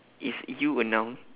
is you a noun